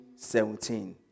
17